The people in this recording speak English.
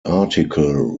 article